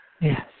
Yes